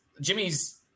Jimmy's